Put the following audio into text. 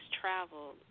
traveled